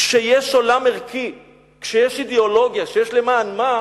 כשיש עולם ערכי, כשיש אידיאולוגיה, כשיש למען מה,